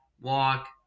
walk